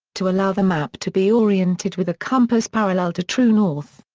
to allow the map to be oriented with a compass parallel to true north.